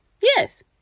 Yes